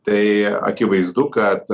tai akivaizdu kad